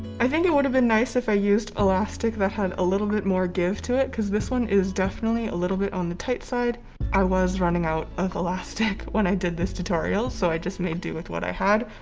i think it would have been nice if i used elastic that had a little bit more give to it because this one is definitely a little bit on the tight side i was running out of elastic when i did this tutorial. so i just made do with what i had.